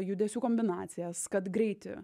judesių kombinacijas kad greitį